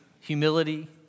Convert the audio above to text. Humility